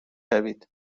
شوید